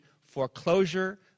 foreclosure